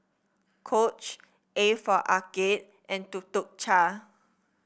Coach A for Arcade and Tuk Tuk Cha